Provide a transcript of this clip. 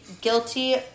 guilty